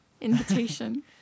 Invitation